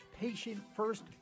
patient-first